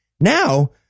now